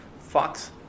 Fox